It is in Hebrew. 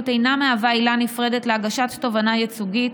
אינה עילה נפרדת להגשת תובענה ייצוגית,